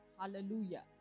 Hallelujah